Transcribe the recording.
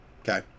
okay